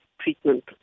treatment